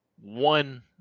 one